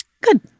good